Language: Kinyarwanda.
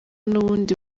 n’ubundi